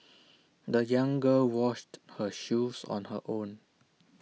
the young girl washed her shoes on her own